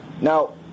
Now